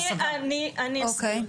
אני אסביר.